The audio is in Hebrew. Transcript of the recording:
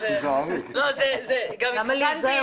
למה להיזהר?